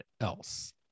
else